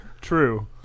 true